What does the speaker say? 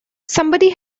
somebody